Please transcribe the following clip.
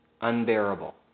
unbearable